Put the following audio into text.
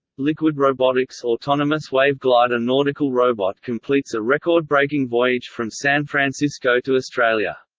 liquid robotics' autonomous wave glider nautical robot completes a record-breaking voyage from san francisco to australia.